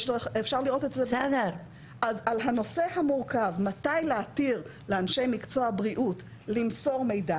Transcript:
אז על הנושא המורכב מתי להתיר לאנשי מקצוע בריאות למסור מידע,